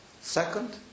Second